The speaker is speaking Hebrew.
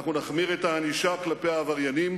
אנחנו נחמיר את הענישה כלפי העבריינים.